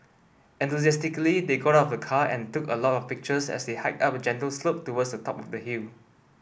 enthusiastically they got out of the car and took a lot of pictures as they hiked up a gentle slope towards the top of the hill